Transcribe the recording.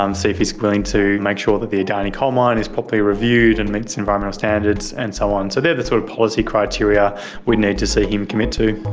see if he's willing to make sure that the adani coal mine is properly reviewed and meets environmental standards and so on. so they're the sort of policy criteria we'd need to see him commit to.